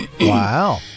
Wow